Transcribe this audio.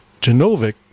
Genovic